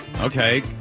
Okay